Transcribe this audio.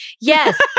Yes